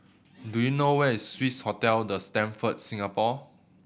do you know where is Swissotel The Stamford Singapore